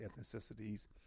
ethnicities